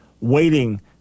waiting